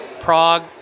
Prague